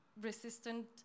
resistant